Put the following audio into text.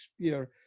spear